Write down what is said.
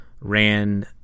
ran